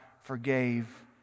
forgave